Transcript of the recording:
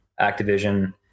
Activision